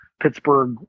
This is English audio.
Pittsburgh